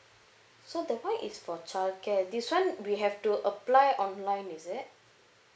so the one is for child care this one we have to apply online is it